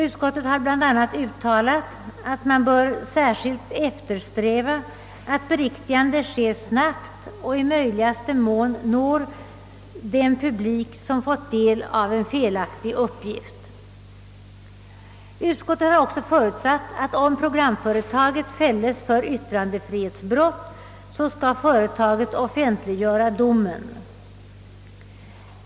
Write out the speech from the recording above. Utskottet har i detta hänseende uttalat att man särskilt bör eftersträva att beriktigande sker snabbt och i möjligaste mån når den publik, som fått del av en felaktig uppgift. Utskottet har också förutsatt att programföretaget, om det fälls för yttrandefrihetsbrott, skall offentliggöra domen.